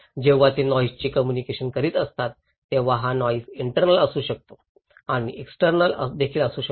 जेव्हा ते नॉईसशी कम्युनिकेशन करीत असतात तेव्हा हा नॉईस इंटर्नल असू शकतो आणि एक्सटर्नल देखील असू शकतो